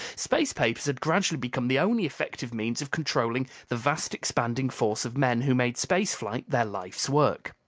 space papers had gradually become the only effective means of controlling the vast expanding force of men who made space flight their life's work.